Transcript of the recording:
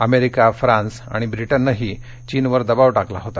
America France आणि ब्रिटननंही चीनवर दबाव टाकला होता